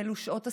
אלו שעות הסיוט,